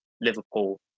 Liverpool